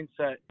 mindset